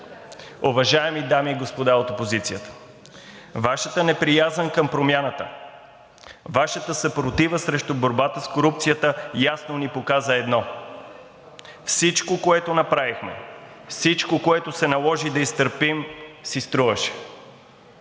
Уважаеми дами и господа от опозицията, Вашата неприязън към промяната, Вашата съпротива срещу борбата с корупцията ясно ни показа едно – всичко, което направихме, всичко, което се наложи да изтърпим, си струваше.